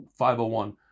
501